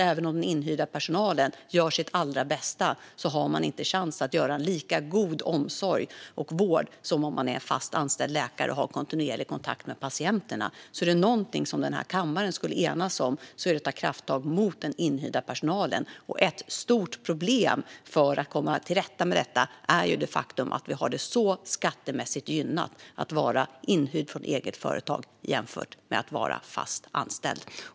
Även om den inhyrda personalen gör sitt allra bästa har den ingen chans att ge lika god omsorg och vård som fast anställda läkare som har kontinuerlig kontakt med patienterna. Är det något som denna kammare borde enas om är det att ta krafttag mot den inhyrda personalen. Ett stort problem för att komma till rätta med detta är det faktum att det är mer skattemässigt gynnsamt att vara inhyrd från eget företag än att vara fast anställd.